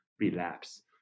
relapse